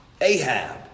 Ahab